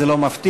זה לא מפתיע.